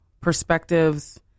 perspectives